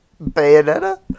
bayonetta